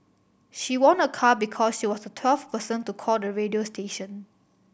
she won a car because she was the twelfth person to call the radio station